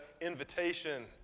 invitation